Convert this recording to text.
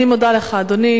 אני מודה לך, אדוני.